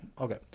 okay